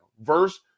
Verse